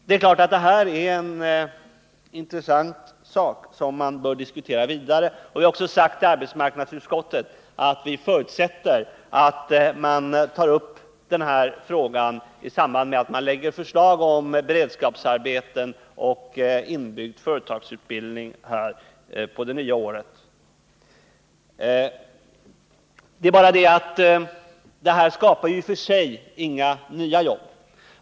Det är naturligtvis en intressant fråga som man bör diskutera vidare. Vi har också sagt i arbetsmarknadsutskottet att vi förutsätter att man tar upp den frågan i samband med att man på det nya året lägger fram förslag om beredskapsarbeten och inbyggd företagsutbildning. Det är bara på det sättet att detta skapar i och för sig inga nya jobb.